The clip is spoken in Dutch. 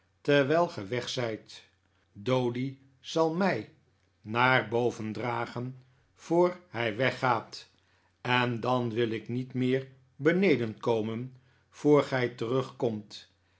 terwijl ge weg zijt doady zal mij naar boven dragen voor hij weggaat en dan wil ik niet meer beneden komen voor gij terugkomt